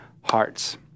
hearts